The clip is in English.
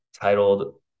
titled